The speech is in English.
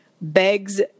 begs